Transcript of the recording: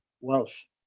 Welsh